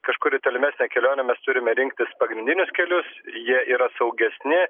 kažkur į tolimesnę kelionę mes turime rinktis pagrindinius kelius jie yra saugesni